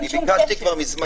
רגע, רגע, אני ביקשתי כבר מזמן.